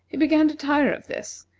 he began to tire of this,